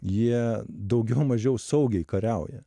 jie daugiau mažiau saugiai kariauja